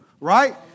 right